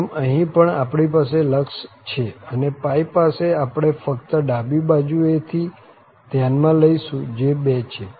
આમ અહીં પણ આપણી પાસે લક્ષ છે અને પાસે આપણે ફક્ત ડાબી બાજુ એ થી ધ્યાન માં લઈશું જે 2 છે